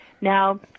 Now